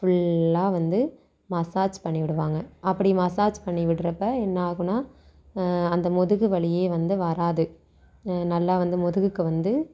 ஃபுல்லாக வந்து மசாஜ் பண்ணி விடுவாங்க அப்படி மசாஜ் பண்ணி விடுறப்ப என்ன ஆகும்னா அந்த முதுகுவலியே வந்து வராது நல்லா வந்து முதுகுக்கு வந்து